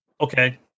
Okay